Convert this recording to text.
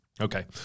Okay